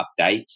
updates